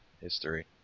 history